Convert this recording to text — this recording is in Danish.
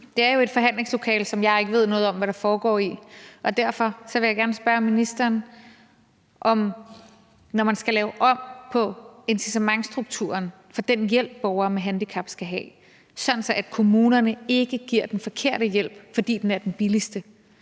Det er jo et forhandlingslokale, som jeg ikke ved noget om hvad der foregår i, og derfor vil jeg gerne spørge ministeren: Når man skal lave om på incitamentsstrukturen for den hjælp, borgere med handicap skal have, sådan at kommunerne ikke giver den forkerte hjælp, fordi den er den billigste,